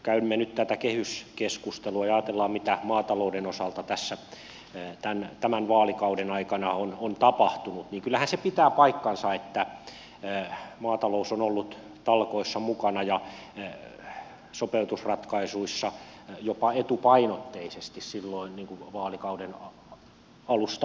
käymme nyt tätä kehyskeskustelua ja jos ajatellaan mitä maatalouden osalta tämän vaalikauden aikana on tapahtunut niin kyllähän se pitää paikkansa että maatalous on ollut talkoissa mukana ja sopeutusratkaisuissa jopa etupainotteisesti vaalikauden alusta alkaen